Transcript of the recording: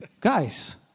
Guys